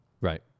Right